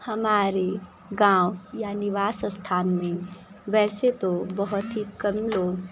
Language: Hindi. हमारे गाँव या निवास स्थान में वैसे तो बहुत ही कम लोग